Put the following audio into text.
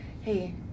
hey